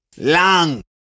Long